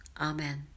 Amen